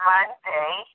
Monday